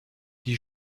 die